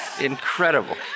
incredible